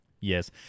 Yes